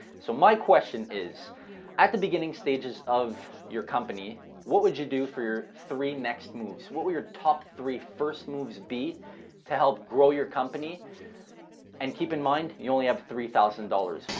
so my question is at the beginning stages of your company what would you do for your three next moves. what were your top three first moves be to help grow your company and keep in mind you only have three thousand dollars.